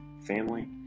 family